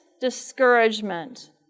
discouragement